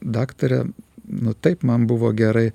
daktare nu taip man buvo gerai